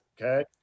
Okay